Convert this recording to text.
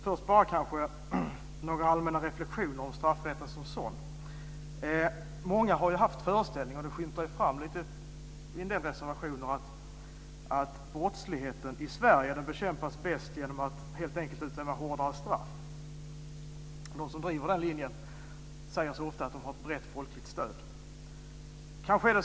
Först några allmänna reflexioner om straffrätten som sådan. Många har haft föreställningen, och det skymtar fram i en del reservationer, att brottsligheten i Sverige bekämpas bäst genom att man helt enkelt utdömer hårdare straff. De som driver den linjen säger ofta att de har ett brett folkligt stöd.